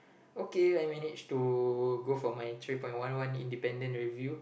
okay I manage to go for my three point one one independent review